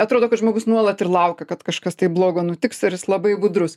atrodo kad žmogus nuolat ir laukia kad kažkas tai blogo nutiks ir jis labai gudrus